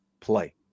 play